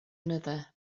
another